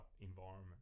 environment